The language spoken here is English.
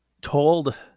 told